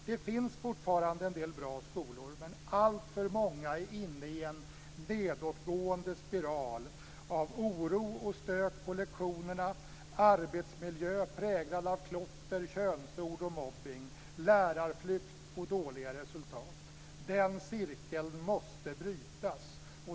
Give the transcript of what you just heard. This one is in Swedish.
Det finns fortfarande en del bra skolor men alltför många är inne i en nedåtgående spiral av oro och stök på lektionerna, en arbetsmiljö präglad av klotter, könsord och mobbning, lärarflykt och dåliga resultat. Den cirkeln måste brytas.